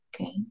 Okay